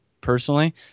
personally